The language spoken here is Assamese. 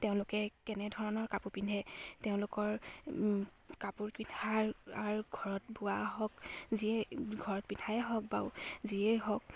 তেওঁলোকে কেনেধৰণৰ কাপোৰ পিন্ধে তেওঁলোকৰ কাপোৰ পিন্ধাৰ ঘৰত বোৱা হওক যিয়ে ঘৰত পিন্ধাই হওক বা যিয়েই হওক